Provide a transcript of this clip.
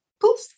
poof